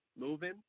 moving